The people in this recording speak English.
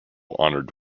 honored